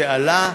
זה עלה.